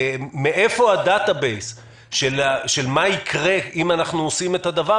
מאיפה הדאטא-בייס של מה יקרה אם אנחנו עושים את זה,